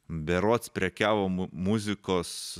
berods prekiavo mu muzikos